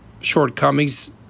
shortcomings